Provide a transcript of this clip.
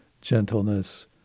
gentleness